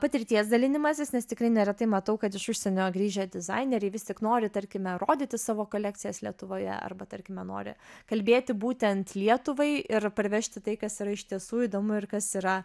patirties dalinimasis nes tikrai neretai matau kad iš užsienio grįžę dizaineriai vis tik nori tarkime rodyti savo kolekcijas lietuvoje arba tarkime nori kalbėti būtent lietuvai ir parvežti tai kas yra iš tiesų įdomu ir kas yra